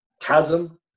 chasm